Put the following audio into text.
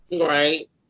Right